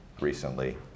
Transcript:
recently